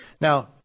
Now